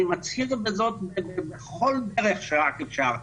אני מצהיר בזאת בכל דרך שרק אפשר,